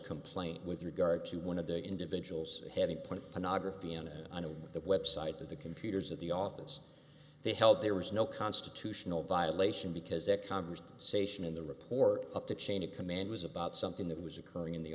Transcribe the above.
complaint with regard to one of the individuals having point ona graphy unit on the website of the computers of the office they held there was no constitutional violation because that congress sation in the report up the chain of command was about something that was occurring in the